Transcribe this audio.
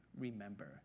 remember